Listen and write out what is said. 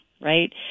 right